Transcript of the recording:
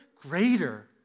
greater